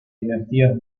dinastías